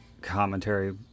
commentary